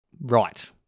Right